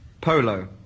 Polo